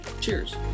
Cheers